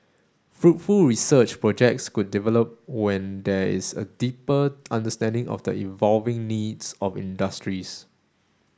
fruitful research projects could develop when there is a deeper understanding of the evolving needs of industries